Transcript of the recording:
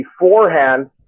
beforehand